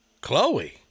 chloe